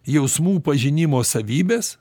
jausmų pažinimo savybes